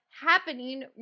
happening